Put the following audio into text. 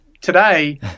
today